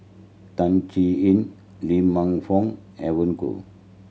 Tan Chin Yin Lee Man Fong Evon Kow